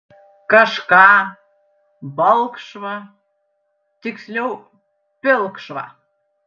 kažką balkšvą tiksliau pilkšvą